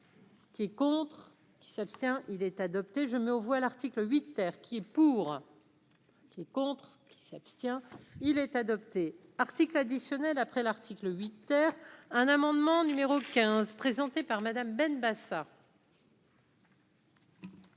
Qui contre. Qui s'abstient, il est adopté, je mets aux voix, l'article 8. Qui est pour, qui est contre. S'abstient, il est adopté article additionnel après l'article 8 heures un amendement numéro 15 présenté par Madame Benbassa.